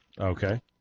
Okay